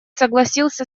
согласился